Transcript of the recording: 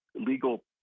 legal